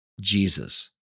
Jesus